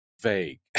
vague